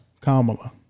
Kamala